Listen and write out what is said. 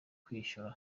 kwishyura